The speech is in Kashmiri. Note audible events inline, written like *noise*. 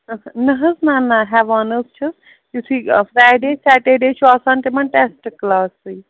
*unintelligible* نہٕ حظ نَہ نَہ ہٮ۪وان حظ چھِس یِتھُے فرٛیڈے سٮ۪ٹَڈے چھُ آسان تِمَن ٹٮ۪سٹ کٕلاسٕے